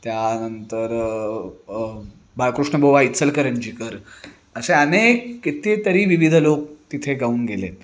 त्यानंतर बाळकृष्णबुवा इचलकरंजीकर असे अनेक कितीतरी विविध लोक तिथे गाऊन गेले आहेत